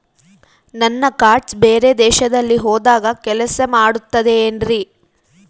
ನನ್ನ ಕಾರ್ಡ್ಸ್ ಬೇರೆ ದೇಶದಲ್ಲಿ ಹೋದಾಗ ಕೆಲಸ ಮಾಡುತ್ತದೆ ಏನ್ರಿ?